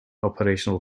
operational